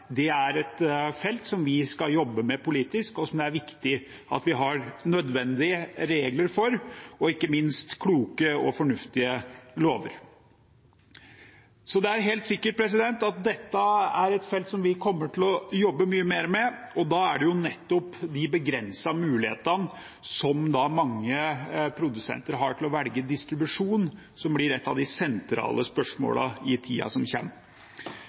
er et felt som vi sammen skal jobbe med politisk, som det er viktig at vi har nødvendige regler og ikke minst kloke og fornuftige lover for. Så det er helt sikkert at dette er et felt som vi kommer til å jobbe mye mer med, og da er det nettopp de begrensede mulighetene mange produsenter har til å velge distribusjon, som blir et av de sentrale spørsmålene i tiden som